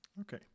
Okay